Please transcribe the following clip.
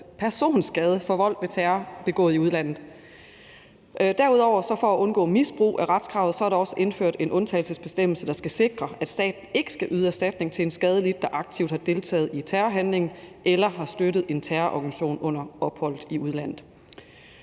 personskade forvoldt ved terror begået i udlandet. Derudover er der for at undgå misbrug af retskravet også indført en undtagelsesbestemmelse, der skal sikre, at staten ikke skal yde erstatning til en skadelidt, der aktivt har deltaget i en terrorhandling eller har støttet en terrororganisation under ophold i udlandet.